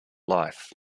life